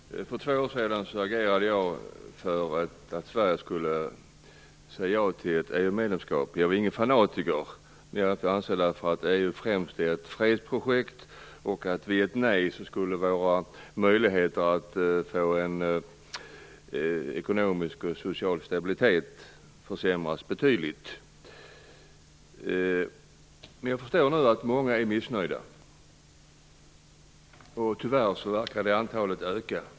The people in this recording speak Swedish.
Fru talman! För två år sedan agerade jag för att Sverige skulle säga ja till ett EU-medlemskap. Jag är ingen fanatiker. Jag ansåg därför att EU främst är ett fredsprojekt. Vid ett nej skulle våra möjligheter att få en ekonomisk och social stabilitet försämras betydligt. Jag förstår nu att många är missnöjda. Tyvärr verkar antalet öka.